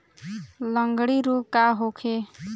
लगंड़ी रोग का होखे?